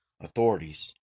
authorities